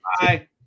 Bye